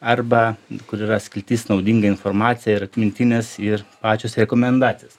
arba kur yra skiltis naudinga informacija ir atmintinės ir pačios rekomendacijas